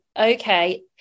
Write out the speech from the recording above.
okay